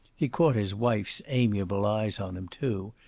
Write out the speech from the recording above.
he caught his wife's amiable eyes on him, too,